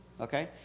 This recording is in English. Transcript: Okay